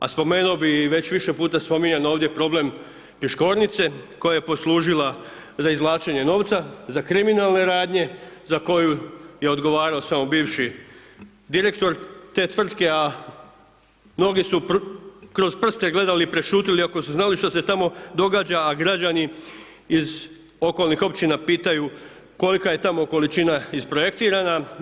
A spomenuo bi i već više puta spominjan problem Piškornice, koja je poslužila za izvlačenje novca, za kriminalne radnje, za koju je odgovarao samo bivši direktor te tvrtke, a mnogi su kroz prste gledali i prešutjeli iako su znali što se tamo događa, a građani iz okolnih općina pitaju, kolika je tamo količina isprojektirana.